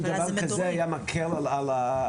האם דבר כזה היה מקל על הנכונות.